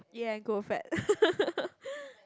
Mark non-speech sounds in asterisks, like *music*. eat and grow fat *laughs*